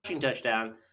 touchdown